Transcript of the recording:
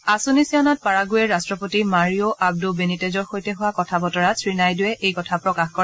অচূনি চিয়নত পেৰাগুৱেৰ ৰট্টপতি মাৰিও আবদো বেনিটেজৰ সৈতে হোৱা কথা বতৰাত শ্ৰীনাইডুৱে এই কথা প্ৰকাশ কৰে